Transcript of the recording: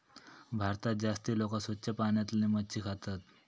भारतात जास्ती लोका स्वच्छ पाण्यातली मच्छी खातत